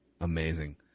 amazing